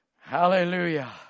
Hallelujah